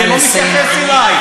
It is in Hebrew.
זה לא מתייחס אלי.